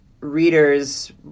readers